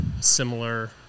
Similar